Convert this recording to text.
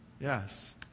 Yes